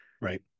Right